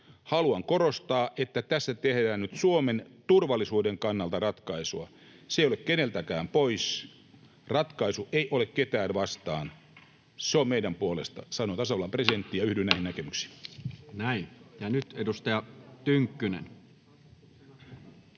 ”Haluan korostaa, että tässä tehdään nyt Suomen turvallisuuden kannalta ratkaisua. Se ei ole keneltäkään pois. Ratkaisu ei ole ketään vastaan. Se on meidän puolesta”, sanoi tasavallan presidentti, ja yhdyn näihin näkemyksiin. [Speech 109] Speaker: Toinen